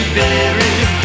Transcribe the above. buried